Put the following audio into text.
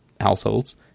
households